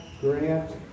grant